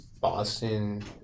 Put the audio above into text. Boston